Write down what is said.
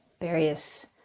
various